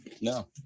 No